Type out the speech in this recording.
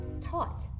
taught